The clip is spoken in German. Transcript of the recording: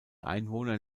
einwohner